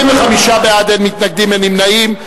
25 בעד, אין מתנגדים ואין נמנעים.